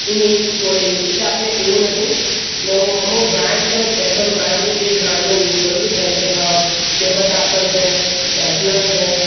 એની ink છોડે એવું એટલે આપણે એવું નથી એટલે હું અમુક બ્રાન્ડ છે બે ત્રણ બ્રાન્ડ છે તે જ બ્રાન્ડનો યુસ કરું છું જેમકે ફેબર કાસ્ટલ છે સ્ટ્રેટલર છે